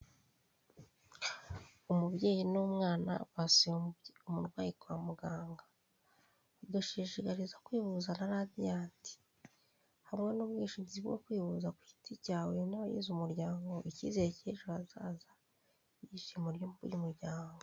Umubyeyi n'umwana basuye umurwayi kwa muganga, bigashishikariza kwivuza na radiyanti hamwe n'ubwishingizi bwo kwivuza ku giti cyawe n'abagize umuryango ikizere cy'ejo hazaza ishema ry'umuryango.